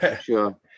sure